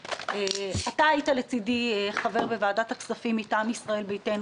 אתה היית לצדי חבר בוועדת הכספים מטעם ישראל ביתנו